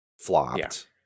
flopped